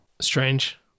strange